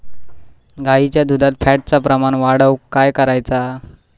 गाईच्या दुधात फॅटचा प्रमाण वाढवुक काय करायचा?